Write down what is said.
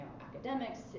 academics